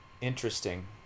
Interesting